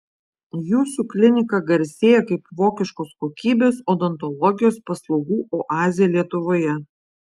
jūsų klinika garsėja kaip vokiškos kokybės odontologijos paslaugų oazė lietuvoje